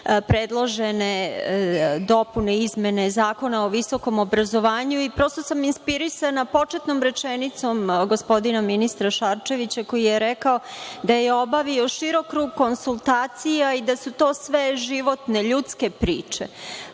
predložene dopune i izmene Zakona o visokom obrazovanju i prosto sam inspirisana početnom rečenicom gospodina ministra Šarčevića koji je rekao da je obavio širok krug konsultacija i da su to sve životne, ljudske priče. To